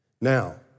Now